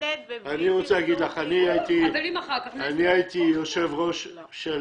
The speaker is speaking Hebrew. אני לא יכולה לשלוח מתנדב כשאני עוד לא מכירה בכלל את